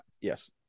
Yes